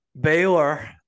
Baylor